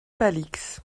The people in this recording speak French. palix